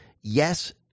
yes